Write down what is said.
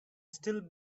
still